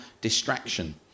distraction